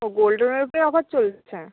ও gold লোনের ওপরে offer চলছে